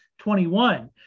21